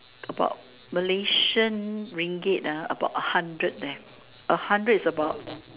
about Malaysian ringgit ah about a hundred there a hundred is about